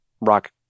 rock